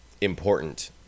important